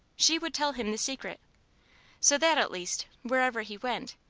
she would tell him the secret so that at least, wherever he went,